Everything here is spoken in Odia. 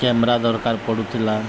କ୍ୟାମେରା ଦରକାର ପଡ଼ୁଥିଲା